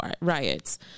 riots